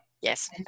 Yes